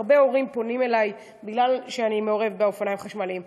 הרבה הורים פונים אלי בגלל שאני מעורבת בנושא האופניים החשמליים.